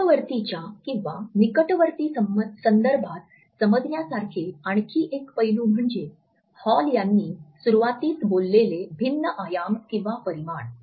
समीपवर्तीच्या किंवा निकटवर्ती संदर्भात समजण्यासारखे आणखी एक पैलू म्हणजे हॉल यांनी सुरुवातीस बोललेले भिन्न आयाम किंवा परिमाण